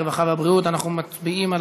הרווחה והבריאות נתקבלה.